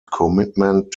commitment